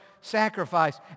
sacrifice